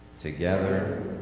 together